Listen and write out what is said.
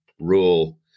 rule